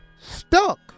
stuck